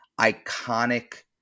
iconic